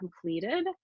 completed